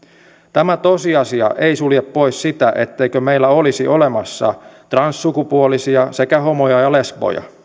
tämä tosiasia ei sulje pois sitä etteikö meillä olisi olemassa transsukupuolisia sekä homoja ja lesboja